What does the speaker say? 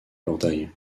portail